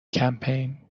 کمپین